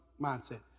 mindset